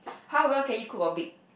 how well can you cook or bake